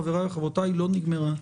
חבריי וחברותיי, לא נגמרה.